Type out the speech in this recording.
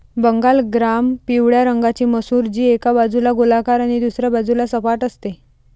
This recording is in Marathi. बंगाल ग्राम पिवळ्या रंगाची मसूर, जी एका बाजूला गोलाकार आणि दुसऱ्या बाजूला सपाट असते